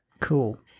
Cool